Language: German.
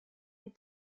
die